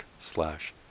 slash